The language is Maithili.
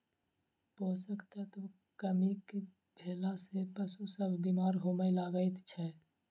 पोषण तत्वक कमी भेला सॅ पशु सभ बीमार होमय लागैत छै